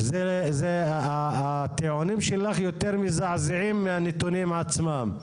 אז זה הטיעונים שלך יותר מזעזעים מהנתונים עצמם.